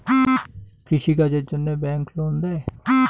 কৃষি কাজের জন্যে ব্যাংক লোন দেয়?